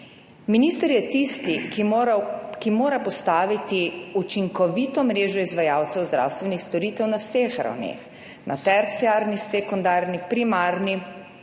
Minister je tisti, ki mora postaviti učinkovito mrežo izvajalcev zdravstvenih storitev na vseh ravneh, na terciarni, sekundarni, primarni,